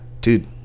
dude